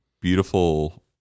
beautiful